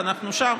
אנחנו שם.